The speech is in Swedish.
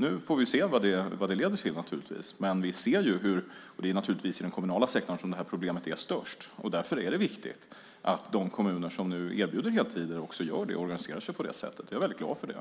Nu får vi naturligtvis se vad leder till. Det är förstås i den kommunala sektorn som det här problemet är störst, och därför är det viktigt att de kommuner som nu erbjuder heltider också gör detta och organiserar sig på det sättet. Jag är väldigt glad för det.